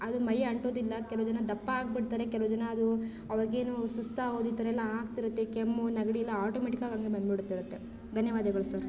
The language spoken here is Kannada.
ಅದು ಮೈ ಅಂಟೋದಿಲ್ಲ ಕೆಲವು ಜನ ದಪ್ಪ ಆಗಿಬಿಡ್ತಾರೆ ಕೆಲವು ಜನ ಅದು ಅವರಿಗೇನು ಸುಸ್ತಾಗೋದು ಈ ಥರ ಎಲ್ಲ ಆಗ್ತಿರುತ್ತೆ ಕೆಮ್ಮು ನೆಗ್ಡಿ ಎಲ್ಲ ಆಟೋಮೆಟಿಕ್ಕಾಗಿ ಹಾಗೆ ಬಂದುಬಿಡ್ತಿರುತ್ತೆ ಧನ್ಯವಾದಗಳು ಸರ್